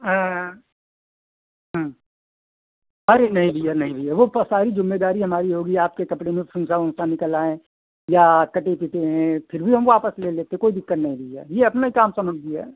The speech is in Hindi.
हाँ हाँ हाँ अरे नहीं भैया नहीं भैया वह सारी ज़िम्मेदारी हमारी होगी आपके कपड़े में फुन्सा उन्सा निकल आए या कटे पिटे हैं फिर भी हम वापस ले लेते कोई दिक़्क़त नहीं भैया यह अपना ही काम समझिए